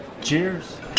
cheers